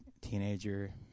teenager